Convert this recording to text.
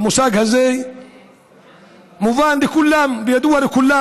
המושג הזה מובן לכולם וידוע לכולם.